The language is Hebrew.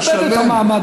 תכבד את המעמד,